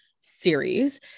series